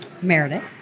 Meredith